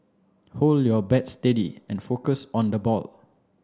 hold your bat steady and focus on the ball